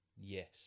Yes